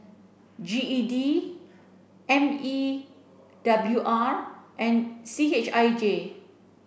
G E D M E W R and C H I J